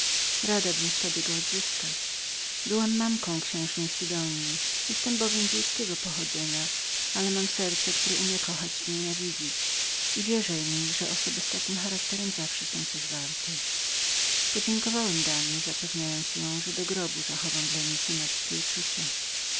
grobowcem radabym w tobie go odzyskać byłam mamką księżny sidonia jestem bowiem z wiejskiego pochodzenia ale mam serce które umie kochać i nienawidzić wierzaj mi zatem że osoby mego charakteru zawsze są coś warte podziękowałem damie zapewniając jej że do grobu zachowam dla niej uczucia